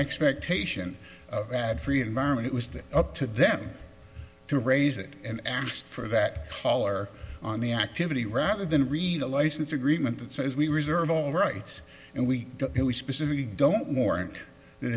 expectation of ad free environment it was up to them to raise it and asked for that color on the activity rather than read a license agreement that says we reserve all rights and we specifically don't warrant th